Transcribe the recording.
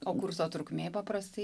o kurso trukmė paprastai